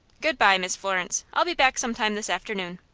good-by, miss florence i'll be back some time this afternoon.